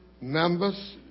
members